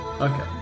Okay